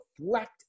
reflect